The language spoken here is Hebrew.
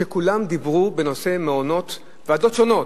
ועדות שונות,